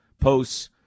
posts